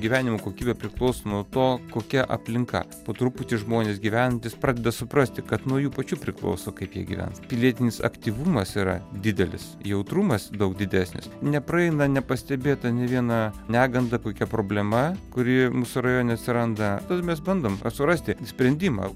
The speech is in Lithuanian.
gyvenimo kokybė priklauso nuo to kokia aplinka po truputį žmonės gyvenantys pradeda suprasti kad nuo jų pačių priklauso kaip jie gyvens pilietinis aktyvumas yra didelis jautrumas daug didesnis nepraeina nepastebėta nė viena neganda kokia problema kuri mūsų rajone atsiranda nu mes bandom surasti sprendimą